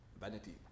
vanity